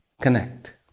Connect